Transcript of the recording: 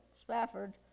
Spafford